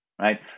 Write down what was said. right